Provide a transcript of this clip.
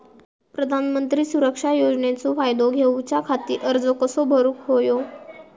प्रधानमंत्री सुरक्षा योजनेचो फायदो घेऊच्या खाती अर्ज कसो भरुक होयो?